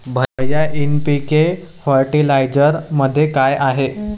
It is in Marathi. भैय्या एन.पी.के फर्टिलायझरमध्ये काय आहे?